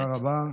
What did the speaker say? תודה רבה.